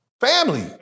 Family